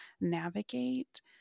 navigate